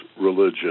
religion